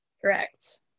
Correct